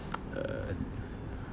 uh